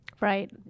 Right